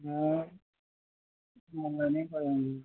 অঁ